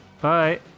bye